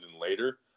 later